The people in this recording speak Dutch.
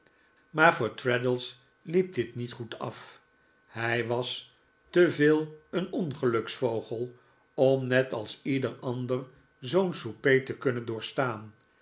maar voor traddles liep dit niet goed af hij was te veel een ongeluksvogel om net als ieder ander zoo'n souper te kunnen doorstaan